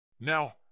Now